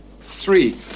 three